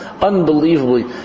Unbelievably